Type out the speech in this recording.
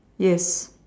yes